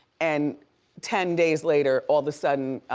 and ten days later, all of a sudden,